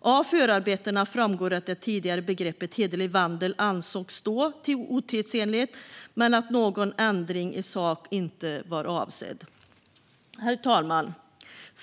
Av förarbetena framgår att det tidigare begreppet hederlig vandel ansågs otidsenligt men att man inte avsåg att göra någon ändring i sak. Herr talman!